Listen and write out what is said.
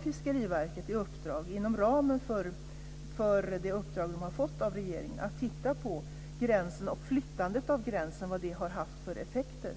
Fiskeriverket har inom ramen för det uppdrag som man fått av regeringen i uppgift att titta på gränsen och på vad flyttandet av gränsen haft för effekter.